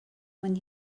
when